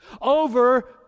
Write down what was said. over